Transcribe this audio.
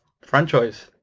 franchise